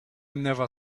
never